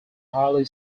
highly